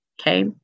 Okay